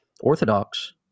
Orthodox